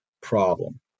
problem